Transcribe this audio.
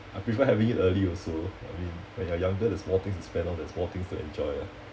I prefer having it early also I mean when you're younger there's more things to spend on there's more things to enjoy ah